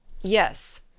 Yes